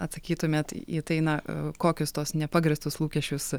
atsakytumėt į tai na kokius tuos nepagrįstus lūkesčius